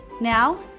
Now